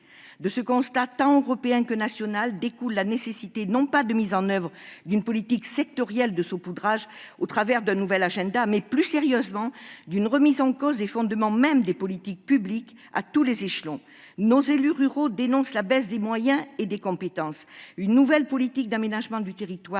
De ce constat, tant européen que national, découle la nécessité non pas d'une politique sectorielle de saupoudrage au travers d'un nouvel agenda, mais, plus sérieusement, d'une remise en cause des fondements mêmes des politiques publiques, à tous les échelons. Nos élus ruraux dénoncent la baisse des moyens et des compétences. Une nouvelle politique d'aménagement du territoire